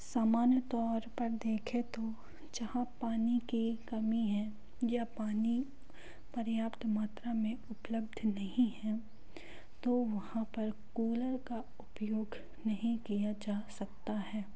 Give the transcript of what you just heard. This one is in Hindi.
समानतौर पर देखे तो जहाँ पानी की कमी हैं या पानी पर्याप्त मात्रा में उपलब्ध नहीं है तो वहाँ पर कूलर का उपयोग नहीं किया जा सकता है